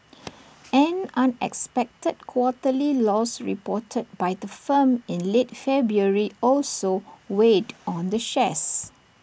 an unexpected quarterly loss reported by the firm in late February also weighed on the shares